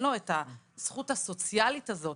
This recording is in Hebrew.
אין לו את הזכות הסוציאלית הזאת,